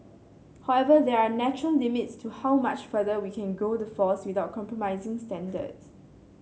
however there are natural limits to how much further we can grow the force without compromising standards